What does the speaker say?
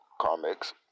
Comics